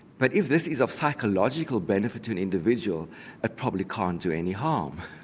but if this is of psychological benefit to an individual it probably can't do any harm.